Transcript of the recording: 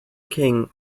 king